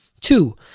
Two